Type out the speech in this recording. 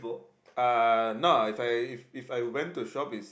uh no ah if I if I went to shop is